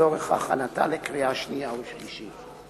לצורך הכנתה לקריאה שנייה ולקריאה שלישית.